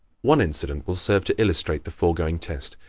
one incident will serve to illustrate the foregoing test.